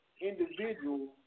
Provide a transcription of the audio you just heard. individuals